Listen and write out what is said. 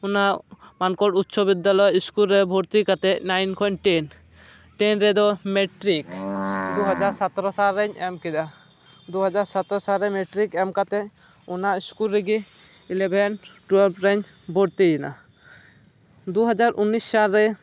ᱚᱱᱟ ᱢᱟᱱᱠᱚᱲ ᱩᱪᱪᱚ ᱵᱚᱫᱽᱫᱟᱞᱚᱭ ᱤᱥᱠᱩᱞ ᱨᱮ ᱵᱷᱚᱨᱛᱤ ᱠᱟᱛᱮᱫ ᱱᱟᱭᱤᱱ ᱠᱷᱚᱱ ᱴᱮᱱ ᱴᱮᱱ ᱨᱮᱫᱚ ᱢᱮᱴᱨᱤᱠ ᱫᱩᱦᱟᱡᱟᱨ ᱥᱚᱛᱮᱨᱳ ᱥᱟᱞ ᱨᱮᱧ ᱮᱢ ᱠᱮᱫᱟ ᱫᱩᱦᱟᱡᱟᱨ ᱥᱚᱛᱮᱨᱳ ᱥᱟᱞ ᱨᱮ ᱢᱮᱴᱨᱤᱠ ᱮᱢ ᱠᱟᱛᱮᱫ ᱚᱱᱟ ᱤᱥᱠᱩᱞ ᱨᱮᱜᱤ ᱤᱞᱮᱵᱷᱮᱱ ᱴᱩᱭᱮᱞᱵᱷ ᱨᱮᱧ ᱵᱷᱚᱨᱛᱤᱭᱮᱱᱟ ᱫᱩᱦᱟᱡᱟᱨ ᱩᱱᱤᱥ ᱥᱟᱞ ᱨᱮᱧ